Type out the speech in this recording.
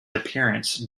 appearance